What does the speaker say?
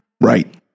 Right